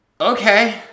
okay